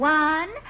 one